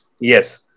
Yes